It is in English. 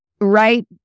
right